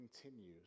continues